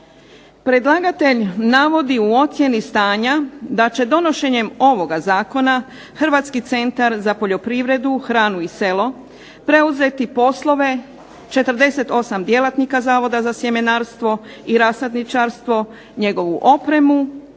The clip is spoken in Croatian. Predlagatelj navodi u ocjeni stanja da će nošenjem ovoga zakona Hrvatski centar za poljoprivredu, hranu i selo preuzeti poslove 48 djelatnika Zavoda za sjemenarstvo i rasadničarstvo, njegovu opremu,